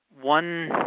one